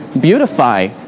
beautify